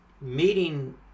meeting